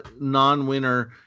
non-winner